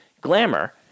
glamour